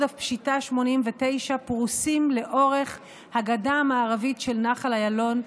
הפשיטה 89 פרוסים לאורך הגדה המערבית של נחל איילון,